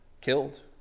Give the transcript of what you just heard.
killed